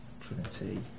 Trinity